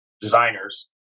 designers